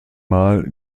mal